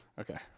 Okay